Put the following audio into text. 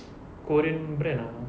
korean brand ah